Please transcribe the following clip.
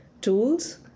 tools